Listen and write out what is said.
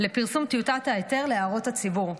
לפרסום טיוטת ההיתר להערות הציבור.